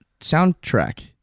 soundtrack